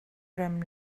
rem